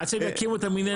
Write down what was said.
עד שהם יקימו את המנהלת.